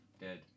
dead